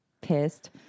pissed